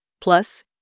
plus